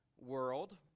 world